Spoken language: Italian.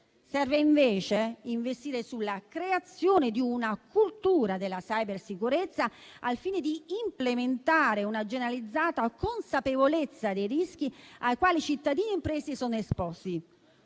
Serve invece investire sulla creazione di una cultura della cybersicurezza al fine di implementare una generalizzata consapevolezza dei rischi ai quali cittadini e imprese sono esposti.